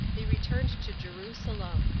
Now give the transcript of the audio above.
they returned to jerusalem.